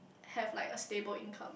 have like a stable income